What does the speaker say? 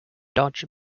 dodge